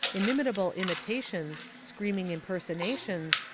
inimitable imitations, screaming impersonations,